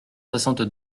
soixante